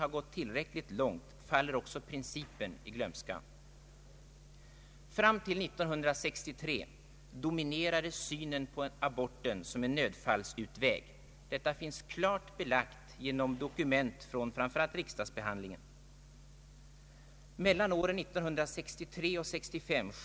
Samtidigt har antalet aborter på tvåläkarintyg ökat från 4450 år 1968 till 7 079 år 1969.